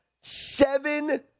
seven